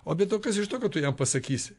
o be to kas iš to kad tu jam pasakysi